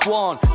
one